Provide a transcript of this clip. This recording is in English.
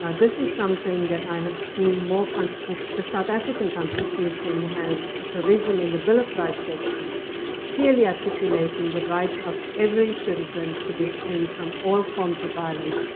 ah this is something that i have seen more consti the south african constitution has a provision in the bill of rights section clearly articulating the right of every citizen to be free from all forms of violence,